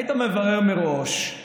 היית מברר מראש,